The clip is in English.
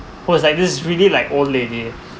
was like just really like old lady